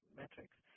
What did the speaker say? metrics